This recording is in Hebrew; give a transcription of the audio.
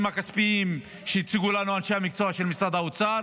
הכספיים שהציגו לנו אנשי המקצוע של משרד האוצר,